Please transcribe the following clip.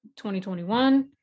2021